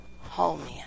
home